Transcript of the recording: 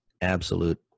absolute